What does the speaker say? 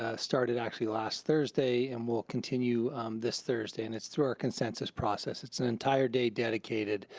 ah started actually last thursday and will continue this thursday and it's through our consensus process. it's an entire day dedicated